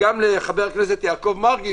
גם לחבר הכנסת יעקב מרגי,